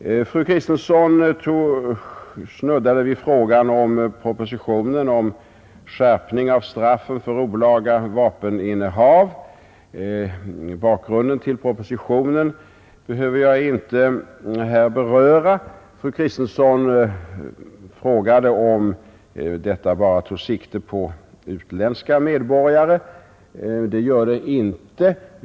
Sedan snuddade fru Kristensson vid propositionen om skärpning av straffen för olaga vapeninnehav, och bakgrunden till den propositionen behöver jag här inte uppehålla mig vid. Fru Kristensson frågade om straffskärpningen bara tog sikte på utländska medborgare. Det gör den inte.